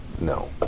No